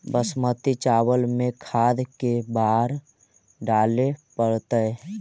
बासमती चावल में खाद के बार डाले पड़तै?